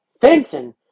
Fenton